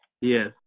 yes